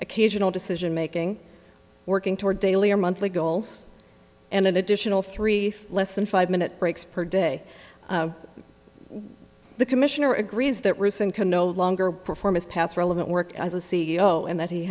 occasional decision making working toward daily or monthly goals and an additional three less than five minute breaks per day the commissioner agrees that rusin can no longer perform his past relevant work as a c e o and that he